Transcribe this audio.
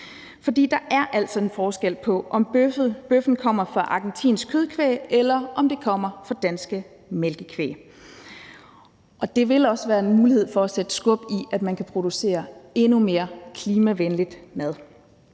der er altså en forskel på, om bøffen kommer fra argentinsk kødkvæg, eller om den kommer fra dansk malkekvæg, og det vil også være en mulighed for at sætte skub i, at man kan producere endnu mere klimavenlig mad.